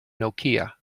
nokia